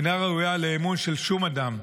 אינה ראויה לאמון של שום אדם,